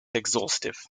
exhaustive